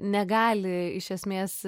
negali iš esmės